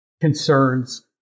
concerns